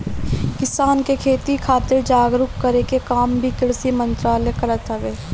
किसान के खेती खातिर जागरूक करे के काम भी कृषि मंत्रालय करत हवे